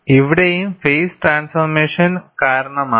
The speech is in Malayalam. ഇവിടെയും ഫേസ് ട്രാൻസ്ഫോർമേഷൻ കാരണമാണ്